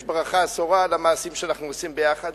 יש ברכה במעשים שאנחנו עושים ביחד,